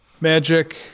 magic